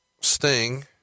Sting